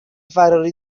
فراری